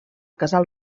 casal